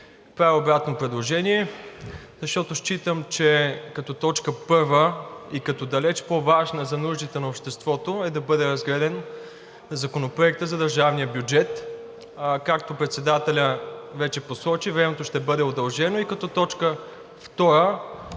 Правя обратно предложение, защото считам, че като точка първа и като далеч по-важна за нуждите на обществото е да бъде разгледан Законопроектът за държавния бюджет. Както председателят вече посочи, времето ще бъде удължено и като точка втора